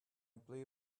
blue